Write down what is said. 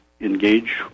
engage